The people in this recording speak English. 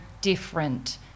different